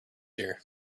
here